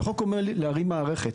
והחוק אומר לי להרים מערכת,